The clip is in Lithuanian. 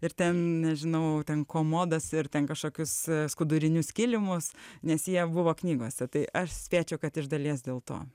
ir ten nežinau ten komodas ir ten kažkokius skudurinius kilimus nes jie buvo knygose tai aš spėčiau kad iš dalies dėl to